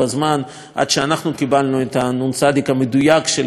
שאנחנו קיבלנו את הנ"צ המדויק של מקומות השרפה,